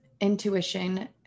intuition